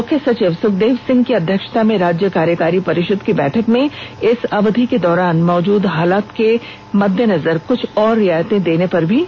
मुख्य सचिव सुखदेव सिंह की अध्यक्षता में राज्य कार्यकारी परिषद की बैठक में इस अवधि के दौरान मौजूद हालात के मद्देनजर कुछ और रियायतें देने पर भी सहमति बनी